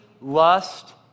lust